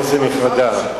כנסת נכבדה,